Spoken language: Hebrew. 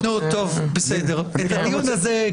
נעשה לחוד.